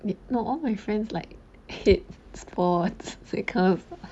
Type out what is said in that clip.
no all my friends like hit sports that kind of